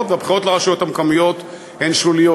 והבחירות לרשויות המקומיות הן שוליות.